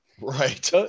Right